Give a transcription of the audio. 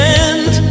end